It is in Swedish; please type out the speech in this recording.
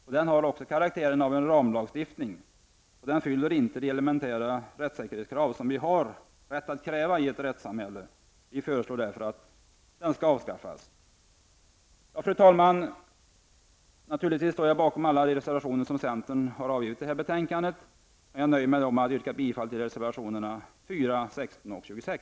Den har också karaktären av en ramlagstiftning. Den uppfyller inte de elementära rättssäkerhetskrav som vi har rätt att kräva i ett rättssamhälle. Vi föreslår därför att den skall avskaffas. Fru talman! Naturligtvis står jag bakom alla de reservationer som centern har fogat till betänkandet, men jag nöjer mig med att yrka bifall till reservationerna 4, 16 och 26.